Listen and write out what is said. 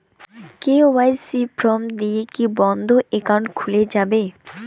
KYC form দিয়ে কি বন্ধ একাউন্ট খুলে যাবে?